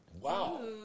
Wow